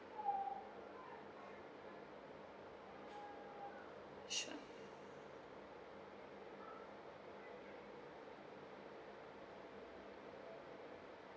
sure